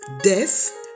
death